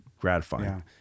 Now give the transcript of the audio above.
gratifying